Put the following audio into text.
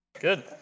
Good